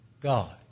God